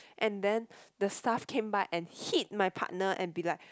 and then the staff came back and hit my partner and be like